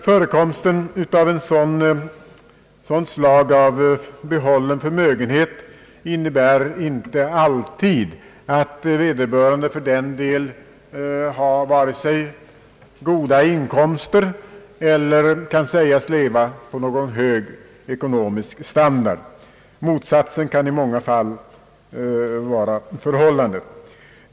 Förekomsten av sådant slag av behållen förmögenhet innebär inte alltid att vederbörande för den delen har vare sig goda inkomster eller kan sägas leva på någon hög ekonomisk standard. Motsatsen kan i många fall vara förhållandet.